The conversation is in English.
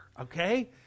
okay